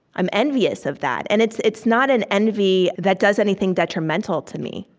i'm envious of that. and it's it's not an envy that does anything detrimental to me.